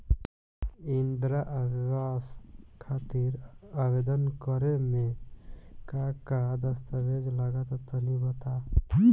इंद्रा आवास खातिर आवेदन करेम का का दास्तावेज लगा तऽ तनि बता?